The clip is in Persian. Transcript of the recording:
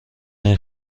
این